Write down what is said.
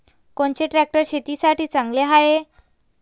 कोनचे ट्रॅक्टर शेतीसाठी चांगले हाये?